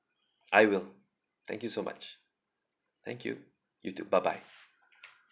I will thank you so much thank you you too bye bye